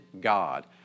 God